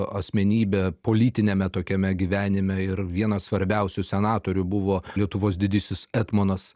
asmenybė politiniame tokiame gyvenime ir vienas svarbiausių senatorių buvo lietuvos didysis etmonas